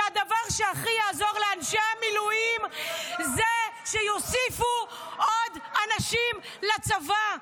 שהדבר שהכי יעזור זה ------- שיוסיפו עוד אנשים לצבא,